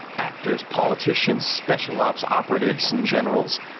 actors, politicians, special ops operatives and generals,